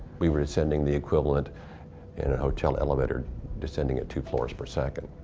we were descending the equivalent in a hotel elevator descending at two floors per second.